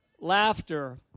laughter